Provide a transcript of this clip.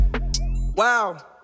Wow